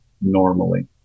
normally